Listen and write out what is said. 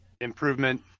improvement